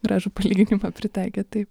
gražų palyginimą pritaikėt taip